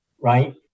right